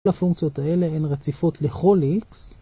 כל הפונקציות האלה הן רציפות לכל x.